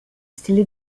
stile